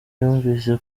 yumvise